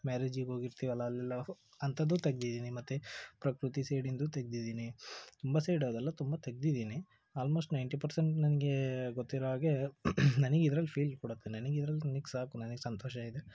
ಮ್ಯಾರೇಜಿಗೆ ಹೋಗಿರ್ತೀವಲ್ಲ ಅಲ್ಲೆಲ್ಲ ಅಂಥದ್ದು ತೆಗೆದಿದ್ದೀನಿ ಮತ್ತು ಪ್ರಕೃತಿ ಸೈಡಿಂದು ತೆಗೆದಿದ್ದೀನಿ ತುಂಬ ಸೈಡ್ ಅದೆಲ್ಲ ತುಂಬ ತೆಗೆದಿದ್ದೀನಿ ಆಲ್ಮೋಸ್ಟ್ ನೈಂಟಿ ಪರ್ಸೆಂಟ್ ನನಗೆ ಗೊತ್ತಿರೋ ಹಾಗೆ ನನಿಗೆ ಇದ್ರಲ್ಲಿ ಫೀಲ್ ಕೊಡುತ್ತೆ ನನಿಗೆ ಇದ್ರಲ್ಲಿ ನನಿಗೆ ಸಾಕು ನನಿಗೆ ಸಂತೋಷ ಇದೆ